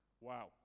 Wow